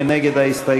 מי נגד ההסתייגות?